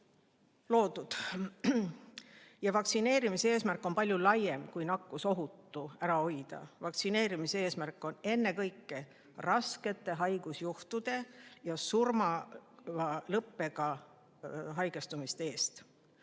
Vaktsineerimise eesmärk on palju laiem kui nakkusohtu ära hoida. Vaktsineerimise eesmärk on kaitsta ennekõike raskete haigusjuhtude ja surmaga lõppeva haigestumise eest.